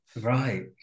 Right